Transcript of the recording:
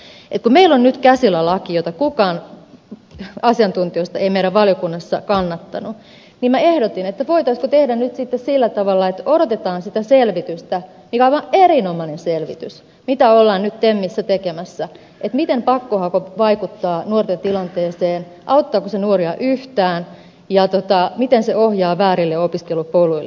kun meillä on nyt käsillä laki jota kukaan asiantuntijoista meidän valiokunnassamme ei kannattanut niin ehdotin että voitaisiinko tehdä sillä tavalla että odotetaan sitä selvitystä mikä on aivan erinomainen selvitys mitä nyt temmissä ollaan tekemässä siitä miten pakkohaku vaikuttaa nuorten tilanteeseen auttaako se nuoria yhtään ja miten se ohjaa väärille opiskelupoluille